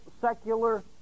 secular